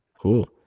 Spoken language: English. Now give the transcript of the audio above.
Cool